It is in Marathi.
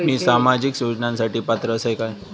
मी सामाजिक योजनांसाठी पात्र असय काय?